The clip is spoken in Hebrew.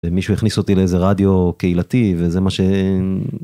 מישהו הכניס אותי לאיזה רדיו קהילתי וזה מה ש...